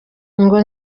ngo